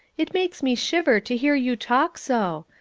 it makes me shiver to hear you talk so.